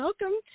Welcome